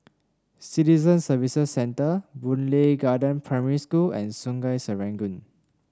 Citizen Services Centre Boon Lay Garden Primary School and Sungei Serangoon